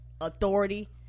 authority